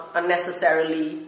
unnecessarily